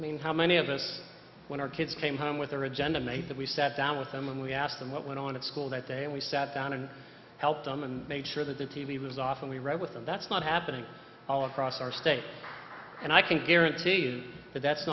i mean how many of us when our kids came home with their agenda made that we sat down with them and we asked them what went on at school that day and we sat down and helped them and make sure that the t v was off and we read with them that's not happening all across our state and i can guarantee you that that's